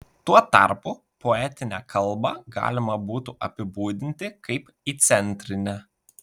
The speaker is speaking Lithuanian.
tuo tarpu poetinę kalbą galima būtų apibūdinti kaip įcentrinę